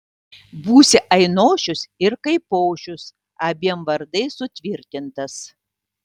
būsi ainošius ir kaipošius abiem vardais sutvirtintas